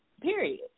Period